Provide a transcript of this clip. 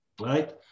right